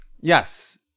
yes